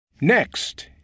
Next